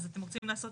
אז אתם רוצים לעשות